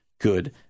good